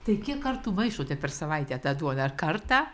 tai kiek kartų maišote per savaitę tą duoną ar kartą